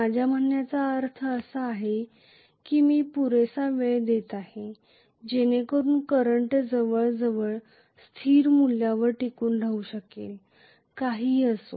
माझ्या म्हणण्याचा अर्थ असा आहे की मी पुरेसा वेळ देत आहे जेणेकरून करंट जवळजवळ स्थिर मूल्यावर टिकून राहू शकेल स्थिर मूल्य काहीही असो